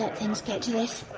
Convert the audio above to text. and things get to this.